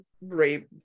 rape